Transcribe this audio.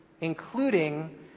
including